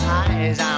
eyes